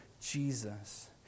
Jesus